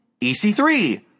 EC3